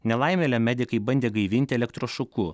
nelaimėlę medikai bandė gaivinti elektrošoku